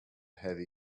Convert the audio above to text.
heavy